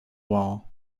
wall